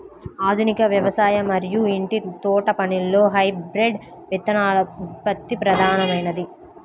ఆధునిక వ్యవసాయం మరియు ఇంటి తోటపనిలో హైబ్రిడ్ విత్తనోత్పత్తి ప్రధానమైనది